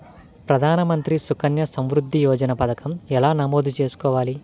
ప్రధాన మంత్రి సుకన్య సంవృద్ధి యోజన పథకం ఎలా నమోదు చేసుకోవాలీ?